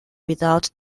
without